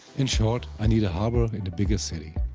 in short, i need a harbor in a bigger city.